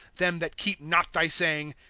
them that keep not thy saying.